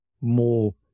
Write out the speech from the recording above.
more